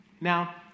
Now